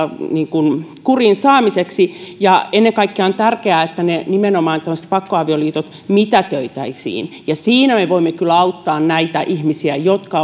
kuriin saamiseksi ja ennen kaikkea on tärkeää että nimenomaan tämmöiset pakkoavioliitot mitätöitäisiin ja siinä me voimme kyllä auttaa näitä ihmisiä jotka